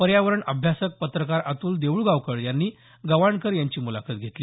पर्यावरण अभ्यासक पत्रकार अतुल देउळगावकर यांनी गवाणकर यांची मुलाखत घेतली